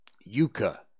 Yucca